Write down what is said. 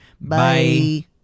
Bye